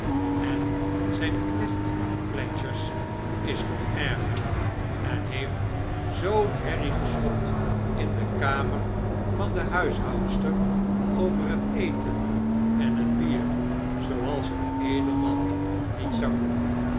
en zijn knecht flethers is nog erger en heeft zoo'n herrie geschopt in de kamer van de huishoudster over het eten en het bier zooals een edelman niet zou doen